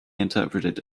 interpreted